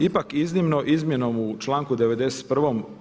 Ipak iznimno izmjenom u članku 91.